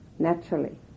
naturally